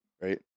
Right